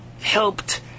helped